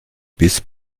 bis